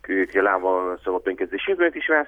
kai keliavo savo penkiasdešimtmetį švęst